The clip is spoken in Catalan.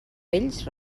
vells